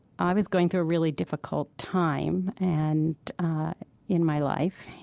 i was going through a really difficult time and in my life,